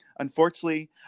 Unfortunately